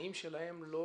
התנאים שלהם לא